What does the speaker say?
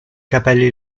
capelli